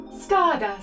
Stardust